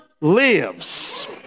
lives